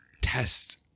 test